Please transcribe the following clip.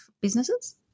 businesses